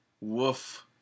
woof